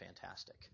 fantastic